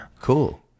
Cool